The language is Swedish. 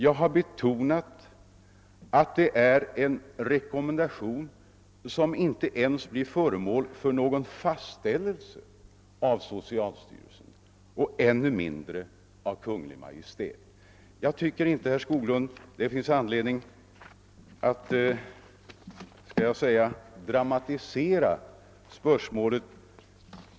Jag har betonat att det är en rekommendation som inte ens blir fastställd av socialstyrelsen och ännu mindre av Kungl. Maj:t. Jag tycker inte att det finns anledning att så att säga dramatisera spörsmålet.